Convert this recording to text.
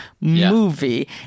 movie